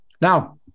Now